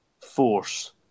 force